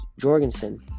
Jorgensen